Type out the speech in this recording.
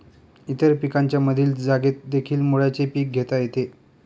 इतर पिकांच्या मधील जागेतदेखील मुळ्याचे पीक घेता येते